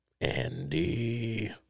Andy